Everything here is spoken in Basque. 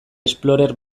explorer